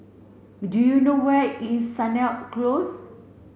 do you know where is Sennett Close